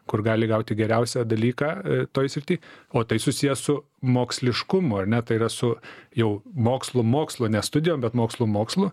kur gali gauti geriausią dalyką toj srity o tai susiję su moksliškumu ar ne tai yra su jau mokslų mokslu ne studijom bet mokslų mokslu